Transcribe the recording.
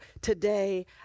today